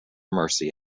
mersey